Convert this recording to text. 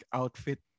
outfit